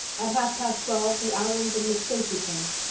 at half past twelve the allans and miss stacy came.